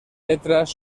letras